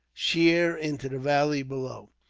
sheer into the valley below.